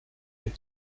est